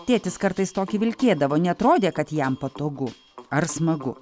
tėtis kartais tokį vilkėdavo neatrodė kad jam patogu ar smagu